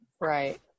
Right